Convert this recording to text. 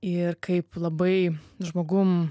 ir kaip labai žmogum